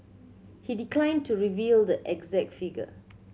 he declined to reveal the exact figure